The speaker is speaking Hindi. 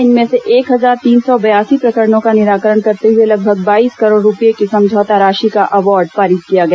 इनमें से एक हजार तीन सौ बयासी प्रकरणों का निराकरण करते हुए लगभग बाईस करोड़ रूपए की समझौता राशि का अवार्ड पारित किया गया